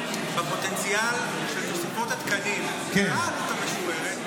בפוטנציאל של תוספות התקנים, מה העלות המשוערת?